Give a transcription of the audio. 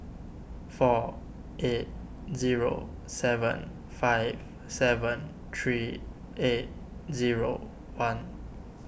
four eight zero seven five seven three eight zero one